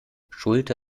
schulte